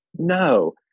no